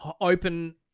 open